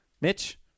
Mitch